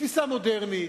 תפיסה מודרנית.